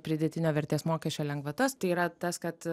pridėtinio vertės mokesčio lengvatas tai yra tas kad